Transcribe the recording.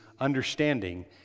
understanding